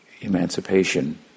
emancipation